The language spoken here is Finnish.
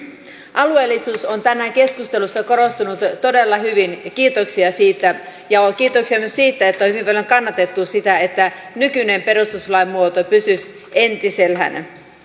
alueellisuus on tänään keskustelussa korostunut todella hyvin kiitoksia siitä ja kiitoksia myös siitä että on hyvin paljon kannatettu sitä että nykyinen perustuslain muoto pysyisi entisellään